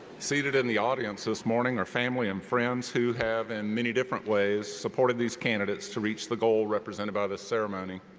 seated in the audience this morning are family and friends who have in many different ways supported these candidates to reach the goal represented by this ceremony.